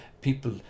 people